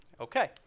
Okay